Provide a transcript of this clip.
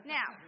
Now